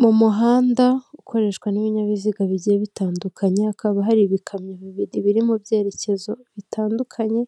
Mu muhanda ukoreshwa n'ibinyabiziga bigiye bitandukanye, hakaba hari ibikamyo bibiri biri mu byerekezo bitandukanye,